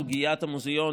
בסוגיית המוזיאון,